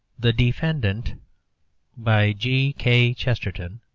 the defendant by g. k. chesterton